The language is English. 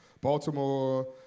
Baltimore